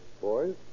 Boys